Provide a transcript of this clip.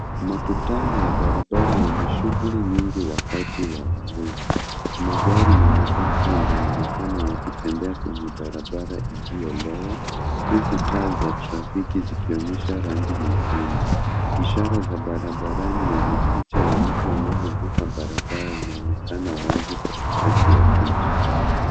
Makutano ya barabara yenye shughuli nyingi wakati wa mvua. Magari na mabasi yanaonekana yakitembea kwenye barabara iliyolowa huku taa za trafiki zikionyesha rangi nyekundu. Ishara za barabarani yenye picha ya mtu anayevuka barabara inaonekana wazi katikati ya picha.